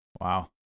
Wow